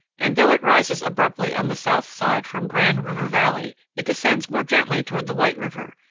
and, though it rises abruptly on the south side from grand river valley, it descends more gently toward the white river,